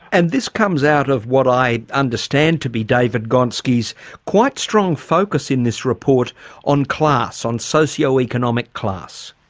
and this comes out of what i understand to be david gonski's quite strong focus in this report on class, on socio-economic class.